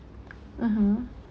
mmhmm